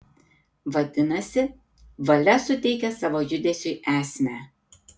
vadinasi valia suteikia savo judesiui esmę